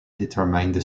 determine